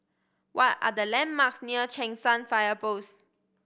what are the landmarks near Cheng San Fire Post